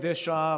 מדי שעה,